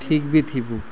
ठीक भी थी वो